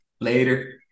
Later